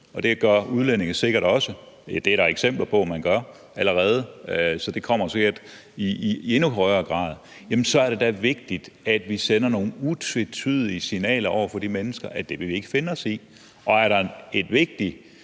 og det gør udlændinge sikkert også – det er der allerede eksempler på at man gør, så det kommer der sikkert i endnu højere grad – så er det da vigtigt, at vi sender nogle utvetydige signaler til de mennesker om, at det vil vi ikke finde os i. Og er der et vigtigt